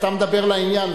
אתה מדבר לעניין,